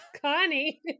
connie